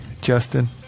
Justin